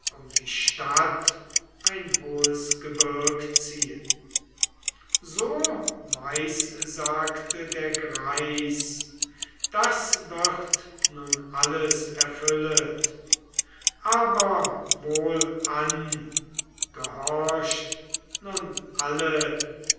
um die stadt ein hohes gebirg ziehn so weissagte der greis das wird nun alles erfüllet aber wohlan gehorcht nun alle